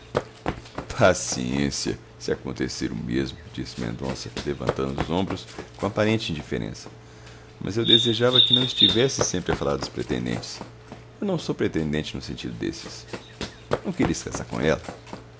paciência se acontecer o mesmo disse mendonça levantando os ombros com aparente indiferença mas eu desejava que não estivesses sempre a falar nos pretendentes eu não sou pretendente no sentido desses não querias casar com ela